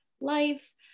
life